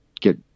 get